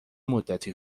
مدتی